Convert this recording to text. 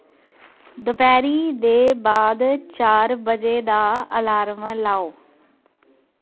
दपैह्री दे बाद चार बजे दा अलार्म लाओ